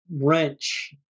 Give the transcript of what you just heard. wrench